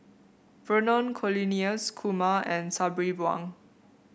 Vernon Cornelius Kumar and Sabri Buang